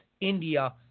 India